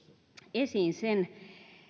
esiin sen